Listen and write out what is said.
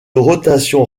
rotation